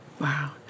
Wow